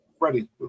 Freddie